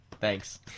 Thanks